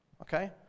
okay